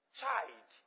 child